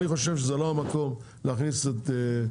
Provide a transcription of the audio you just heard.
אני לא חושב שזה לא המקום להכניס את שר